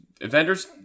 Avengers